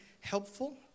helpful